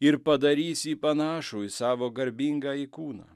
ir padarys jį panašų į savo garbingąjį kūną